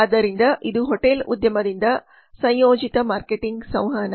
ಆದ್ದರಿಂದ ಇದು ಹೋಟೆಲ್ ಉದ್ಯಮದಿಂದ ಸಂಯೋಜಿತ ಮಾರ್ಕೆಟಿಂಗ್ ಸಂವಹನ